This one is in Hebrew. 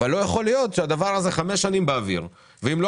אבל לא יכול להיות שהדבר הזה חמש שנים באוויר ואם לא